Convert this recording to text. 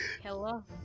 hello